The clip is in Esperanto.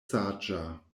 saĝa